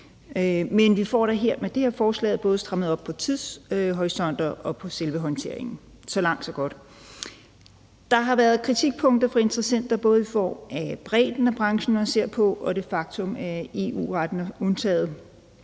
Men vi får da med det her forslag både strammet op på tidshorisonter og på selve håndteringen. Så langt, så godt. Der har været kritikpunkter fra interessenter både i form af bredden af brancherne, man ser på, og det faktum, at EU-retten er undtaget.